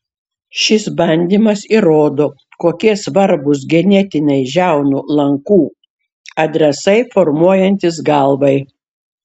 šis bandymas įrodo kokie svarbūs genetiniai žiaunų lankų adresai formuojantis galvai